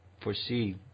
foresee